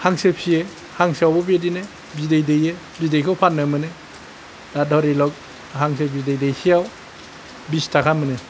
हांसो फिसियो हांसो हांसोआवबो बिदिनो बिदै दैयो बिदैखौ फाननो मोनो दा धरिलक हांसो बिदै दैसेआव बिस थाखा मोनो